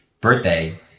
birthday